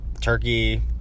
Turkey